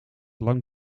lang